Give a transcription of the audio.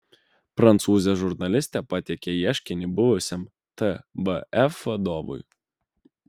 prancūzė žurnalistė pateikė ieškinį buvusiam tvf vadovui